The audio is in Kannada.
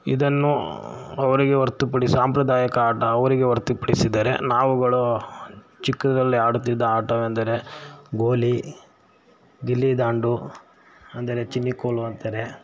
ಇದನ್ನು ಅವರಿಗೆ ಹೊರ್ತು ಪಡಿಸಿ ಸಾಂಪ್ರದಾಯಿಕ ಆಟ ಅವರಿಗೆ ಹೊರ್ತು ಪಡಿಸಿದರೆ ನಾವುಗಳು ಚಿಕ್ಕದರಲ್ಲಿ ಆಡುತ್ತಿದ್ದ ಆಟವೆಂದರೆ ಗೋಲಿ ಗಿಲ್ಲಿ ದಾಂಡು ಅಂದರೆ ಚಿನ್ನಿ ಕೋಲು ಅಂತಾರೆ